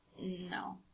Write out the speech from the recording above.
no